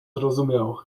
rozumiał